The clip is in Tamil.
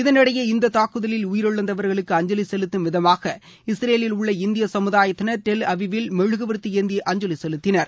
இதனிடையே இந்த தாக்குதலில் உயிரிழந்தவர்களுக்கு அஞ்சலி வெலுத்தும் விதமாக இஸ்ரேலில் உள்ள இந்திய சமுதாயத்தினர் டெல் அவி வில் மெழுகுவர்த்தி ஏந்தி அஞ்சலி செலுத்தினர்